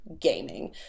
gaming